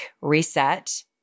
reset